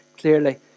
clearly